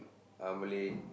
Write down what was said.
uh Malay